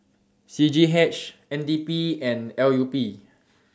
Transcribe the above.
C G H N D P and L U P